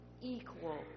equal